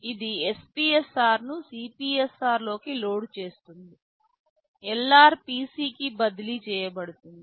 ఇది SPSR ను CPSR లోకి లోడ్ చేస్తుంది LR PC కి బదిలీ చేయబడుతుంది